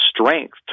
strength